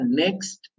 next